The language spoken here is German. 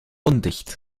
undicht